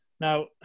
Now